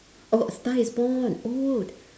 oh a star is born oh